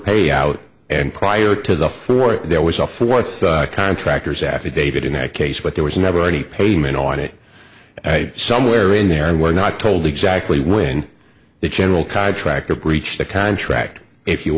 payout and prior to the floor there was a fourth contractor's affidavit in that case but there was never any payment on it somewhere in there and were not told exactly when the general contractor breached the contract if you